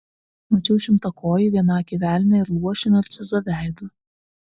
mačiau šimtakojį vienakį velnią ir luošį narcizo veidu